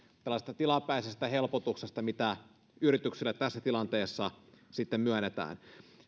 tällaisesta tilapäisestä helpotuksesta mitä yrityksille tässä tilanteessa myönnetään